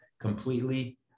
completely